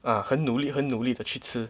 ah 很努力很努力的去吃